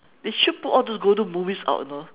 they should put all those golden movies out you know